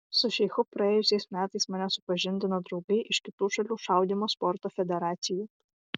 su šeichu praėjusiais metais mane supažindino draugai iš kitų šalių šaudymo sporto federacijų